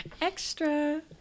Extra